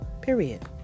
Period